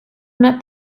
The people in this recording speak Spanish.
una